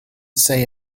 say